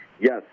yes